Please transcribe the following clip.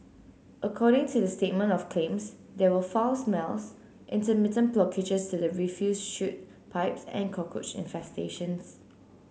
according to the statement of claims there were foul smells intermittent blockages to the refuse chute pipes and cockroach infestations